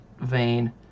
vein